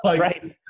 Right